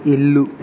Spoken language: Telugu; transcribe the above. ఇల్లు